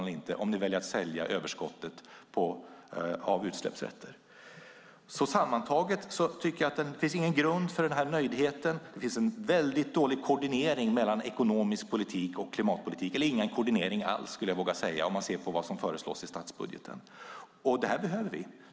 Sammantaget tycker jag inte att det finns någon grund för den här nöjdheten. Det finns en väldigt dålig koordinering mellan ekonomisk politik och klimatpolitik. Jag vågar säga att det inte finns någon koordinering alls när man ser vad som föreslås i statsbudgeten. Det här behöver vi.